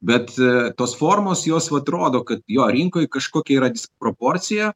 bet e tos formos jos vat rodo kad jo rinkoj kažkokia yra disproporcija